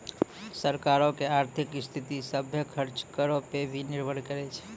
सरकारो के आर्थिक स्थिति, सभ्भे खर्च करो पे ही निर्भर करै छै